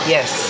Yes